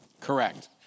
Correct